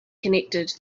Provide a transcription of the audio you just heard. connected